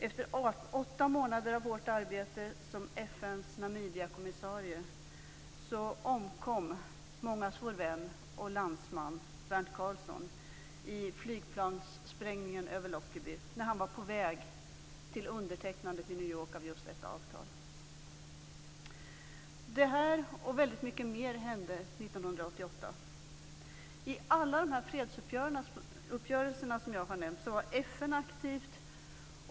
Efter åtta månader av hårt arbete som FN:s Namibiakommissarie omkom vår vän och landsman Bernt Carlsson i flygplanssprängningen över Lockerbie när han var på väg till undertecknandet av just detta avtal i Detta och väldigt mycket mer hände 1988. I alla de fredsuppgörelser som jag har nämnt var FN aktivt.